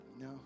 no